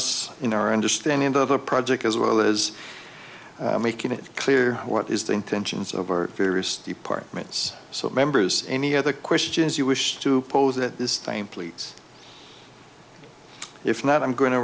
us in our understanding of the project as well as making it clear what is the intentions of our various departments so members any other questions you wish to pose that this same pleats if not i'm going to